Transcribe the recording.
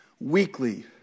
weekly